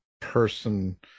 person